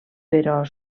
però